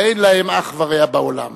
שאין להם אח ורע בעולם.